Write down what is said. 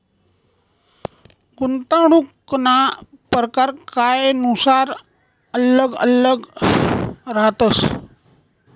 गुंतवणूकना परकार कायनुसार आल्लग आल्लग रहातस